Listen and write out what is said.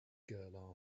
girl